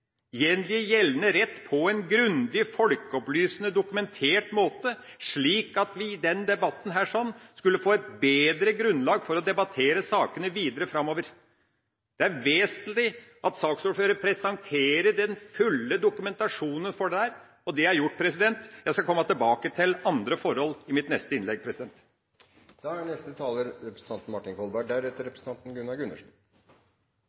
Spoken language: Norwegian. gjengi gjeldende rett på en grundig, folkeopplysende, dokumentert måte, slik at vi i denne debatten skulle få et bedre grunnlag for å debattere sakene videre framover. Det er vesentlig at saksordføreren presenterer den fulle dokumentasjonen for dette, og det er gjort. Jeg skal komme tilbake til andre forhold i mitt neste innlegg. Representanten